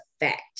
effect